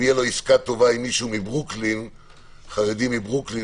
אם תהיה לו עסקה טובה עם חרדי מברוקלין,